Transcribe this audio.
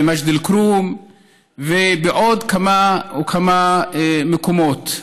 במג'ד אל-כרום ובעוד כמה וכמה מקומות.